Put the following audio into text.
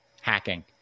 hacking